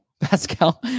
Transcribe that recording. Pascal